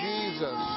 Jesus